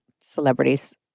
celebrities